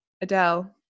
Adele